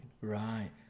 Right